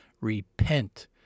Repent